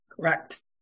Correct